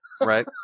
Right